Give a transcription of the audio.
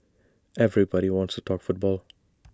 everybody wants to talk football